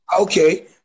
Okay